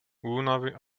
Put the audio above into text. únavy